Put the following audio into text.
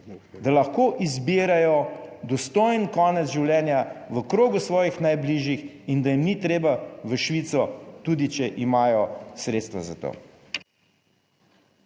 da lahko izbirajo dostojen konec življenja v krogu svojih najbližjih in da jim ni treba v Švico, tudi če imajo sredstva za to.